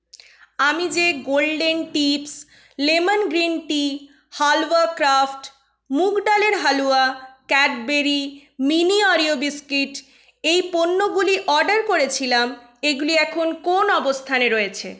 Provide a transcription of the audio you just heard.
আমি যে golden tips lemon green tea halwa craft মুগ ডালের হালুয়া ক্যাডবেরি মিনি ওরিও বিস্কিট এই পণ্যগুলি অর্ডার করেছিলাম এগুলি এখন কোন অবস্থানে রয়েছে